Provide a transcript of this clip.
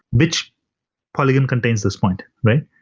which polygons contains this point, right?